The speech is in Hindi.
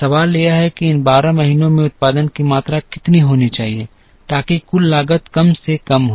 सवाल यह है कि इन 12 महीनों में उत्पादन की मात्रा कितनी होनी चाहिए ताकि कुल लागत कम से कम हो